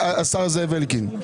השר זאב אלקין,